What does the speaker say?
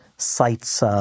sites